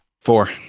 Four